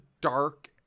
dark